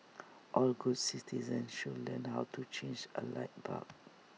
all good citizens should learn how to change A light bulb